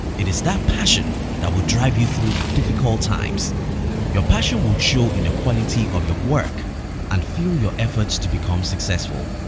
it is that passion that would drive you through the difficult times your passion would show in the quality of your work and fuel your efforts to become successful.